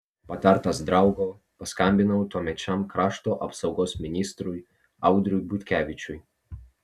patartas draugo paskambinau tuomečiam krašto apsaugos ministrui audriui butkevičiui